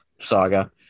saga